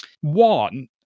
One